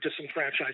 disenfranchised